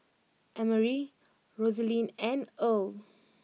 Emery Rosalind and Earle